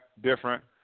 different